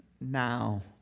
now